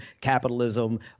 capitalism